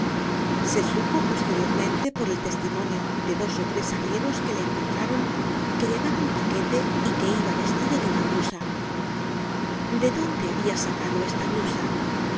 se supo posteriormente por el testimonio de dos ó tres arrieros que le encontraron que llevaba un paquete y que iba vestido de una blusa de dónde habia sacado esta blusa